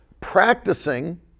practicing